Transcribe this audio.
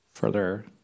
Further